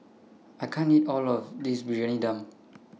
I can't eat All of This Briyani Dum